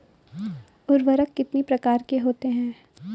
उर्वरक कितनी प्रकार के होते हैं?